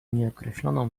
nieokreśloną